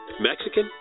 Mexican